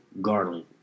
Garland